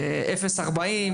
40-0 ק"מ,